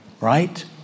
right